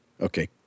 Okay